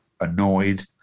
annoyed